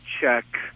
check